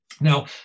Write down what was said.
Now